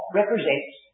represents